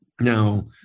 Now